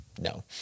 No